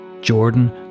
Jordan